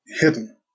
hidden